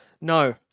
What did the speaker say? no